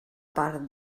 part